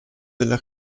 della